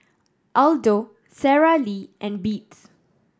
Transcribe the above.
Aldo Sara Lee and Beats